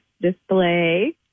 display